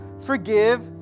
forgive